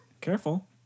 Careful